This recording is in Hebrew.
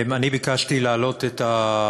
גברתי היושבת-ראש,